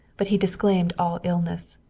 but he disclaimed all illness.